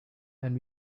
and